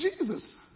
Jesus